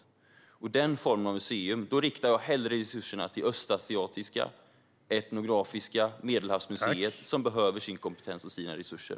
Då riktar jag hellre resurserna till Östasiatiska, Etnografiska och Medelhavsmuseet, som behöver sin kompetens och sina resurser.